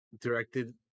Directed